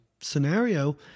scenario